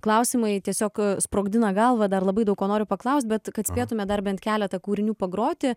klausimai tiesiog sprogdina galvą dar labai daug ko noriu paklaust bet kad spėtume dar bent keletą kūrinių pagroti